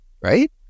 right